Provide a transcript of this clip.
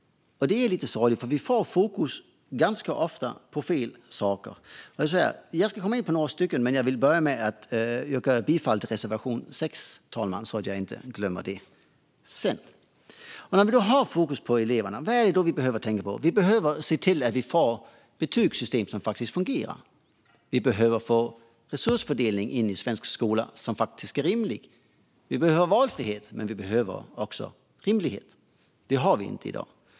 Det är lite sorgligt, för fokus hamnar ganska ofta på fel saker. Jag ska komma in på några av dessa, fru talman, men jag börjar med att yrka bifall till reservation 6, så att jag inte glömmer det. Om vi nu har fokus på eleverna - vad är det då vi behöver tänka på? Vi behöver se till att vi får ett betygssystem som faktiskt fungerar. Vi behöver få en resursfördelning in i svensk skola som är rimlig. Vi behöver ha valfrihet, men vi behöver också ha rimlighet. Det har vi inte i dag.